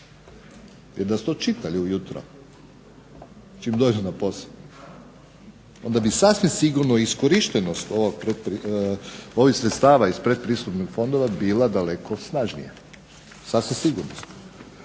I da su to čitali ujutro čim dođu na posao, onda bi sasvim sigurno iskorištenost ovih sredstava iz pretpristupnih fondova bila daleko snažnija, sasvim sigurno.